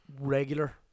regular